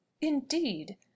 indeed